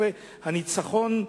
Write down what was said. הניצחון,